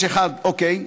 אוקיי.